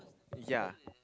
ya